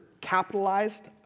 capitalized